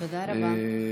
תודה רבה.